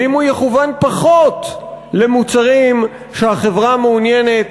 ואם הוא יכוון פחות למוצרים שהחברה מעוניינת